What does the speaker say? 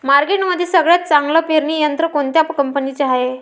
मार्केटमंदी सगळ्यात चांगलं पेरणी यंत्र कोनत्या कंपनीचं हाये?